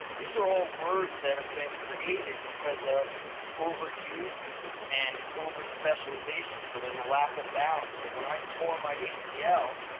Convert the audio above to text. these are all words that have been created because of overuse and overspecialization so there's a lack of balance. so when i tore my acl,